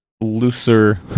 looser